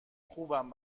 خوبم